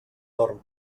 dorm